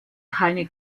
keine